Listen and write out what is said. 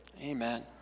Amen